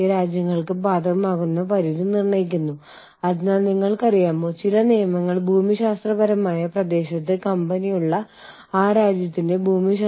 ethnocentric ആദർശങ്ങൾ ഒരു ആഗോള മൾട്ടിനാഷണൽ കമ്പനിയിൽ ആഗോള അല്ലെങ്കിൽ ബഹുരാഷ്ട്ര കമ്പനിയിൽ പ്രയോഗിക്കാൻ കഴിയില്ല